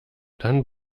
dann